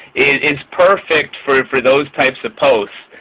is perfect for for those types of posts.